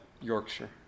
Yorkshire